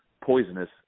poisonous